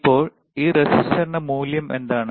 ഇപ്പോൾ ഈ റെസിസ്റ്ററിന്റെ മൂല്യം എന്താണ്